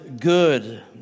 good